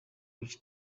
wica